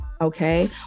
okay